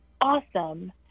awesome